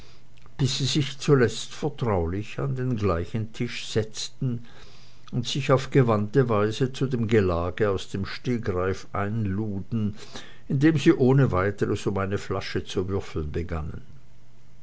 bis sie sich zuletzt vertraulich an den gleichen tisch setzten und sich auf gewandte weise zu dem gelage aus dem stegreif einluden indem sie ohne weiteres um eine flasche zu würfeln begannen